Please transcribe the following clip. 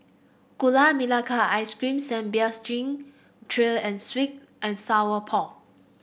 Gula Melaka Ice Cream Sambal Stingray and sweet and Sour Pork